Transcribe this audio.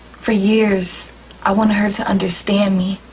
for years i wanted her to understand me.